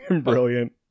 Brilliant